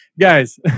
guys